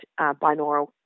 binaural